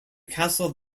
castle